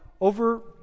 over